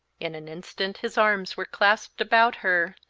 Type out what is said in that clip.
in an instant his arms were clasped about her,